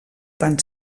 van